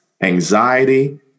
anxiety